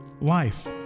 life